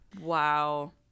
wow